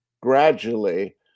gradually